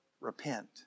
repent